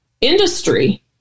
Industry